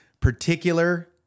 particular